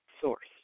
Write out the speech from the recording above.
source